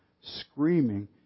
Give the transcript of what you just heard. screaming